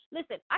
Listen